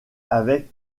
avec